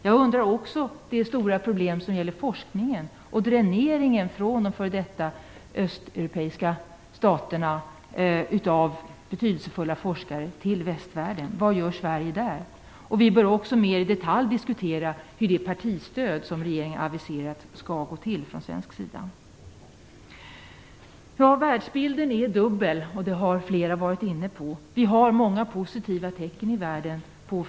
Jag har också undringar över de stora problem som gäller forskningen och dräneringen från de före detta östeuropeiska staterna av betydelsefulla forskare till västvärlden. Vad gör Sverige i det avseendet? Vi bör också mer i detalj diskutera hur det partistöd som regeringen har aviserat från svensk sida skall fungera. Världsbilden är dubbel, vilket flera talare har varit inne. Det finns många positiva tecken på förändringar i världen.